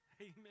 Amen